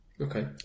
okay